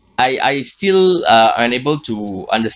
I I still uh unable to understand